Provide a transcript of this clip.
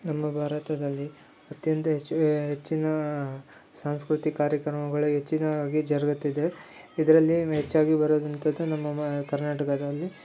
ನಮ್ಮ ಭಾರತದಲ್ಲಿ ಅತ್ಯಂತ ಹೆಚ್ಚಿನ ಸಾಂಸ್ಕೃತಿಕ ಕಾರ್ಯಕ್ರಮಗಳು ಹೆಚ್ಚಿನವಾಗಿ ಜರಗುತ್ತಿದೆ ಇದರಲ್ಲಿ ಮೆ ಹೆಚ್ಚಾಗಿ ಬರುವಂಥದು ನಮ್ಮ ಮ ಕರ್ನಾಟಕದಲ್ಲಿ